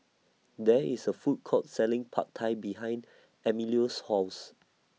There IS A Food Court Selling Pad Thai behind Emilio's House